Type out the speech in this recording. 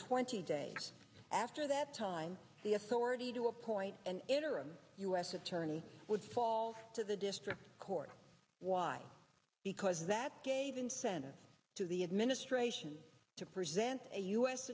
twenty days after that time the authority to appoint an interim u s attorney would fall to the district court why because that gave incentive to the administration to present a u